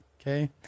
okay